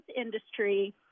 industry